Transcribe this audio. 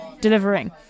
delivering